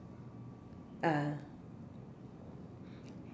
ah